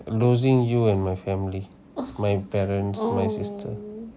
losing you and my family my parents my sister